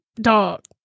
dog